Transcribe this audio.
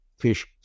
fish